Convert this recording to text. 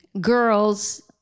girls